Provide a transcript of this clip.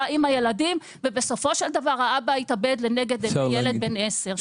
עם הילדים ובסופו של דבר האבא התאבד לנגד עיני ילד בן עשר.